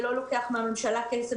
זה לא לוקח מהממשלה כסף,